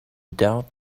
doubt